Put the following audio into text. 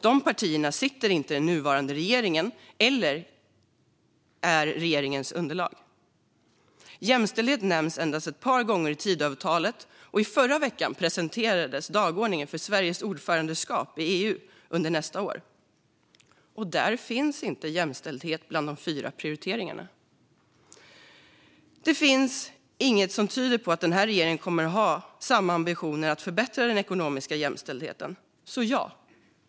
De partierna sitter inte i den nuvarande regeringen och ingår inte i regeringens underlag. Jämställdhet nämns endast ett par gånger i Tidöavtalet. Förra veckan presenterades dagordningen för Sveriges ordförandeskap i EU under nästa år. Där finns inte jämställdhet bland de fyra prioriteringarna. Det finns inget som tyder på att den här regeringen kommer att ha samma ambitioner att förbättra den ekonomiska jämställdheten.